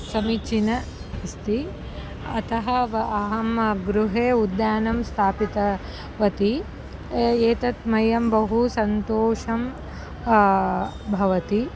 समीचीनम् अस्ति अतः वा अहं गृहे उद्यानं स्थापितावती एतत् मह्यं बहु सन्तोषं भवति